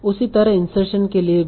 उसी तरह इंसर्शन के लिए भी